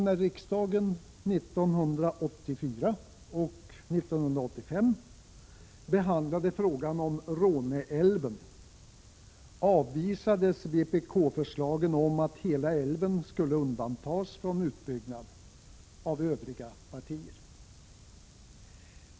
När riksdagen 1984 och 1985 behandlade frågan om Råneälven avvisade övriga partier vpk-förslagen om att hela älven skulle undantas från utbyggnad.